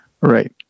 Right